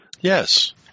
Yes